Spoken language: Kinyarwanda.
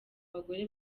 bagore